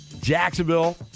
Jacksonville